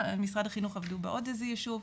ארבעה, מבחינת משרד החינוך עבדו בעוד איזה יישוב.